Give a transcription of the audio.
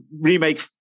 remake